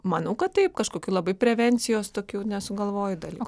manau kad taip kažkokių labai prevencijos tokių nesugalvoju dalykų